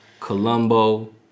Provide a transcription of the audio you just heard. colombo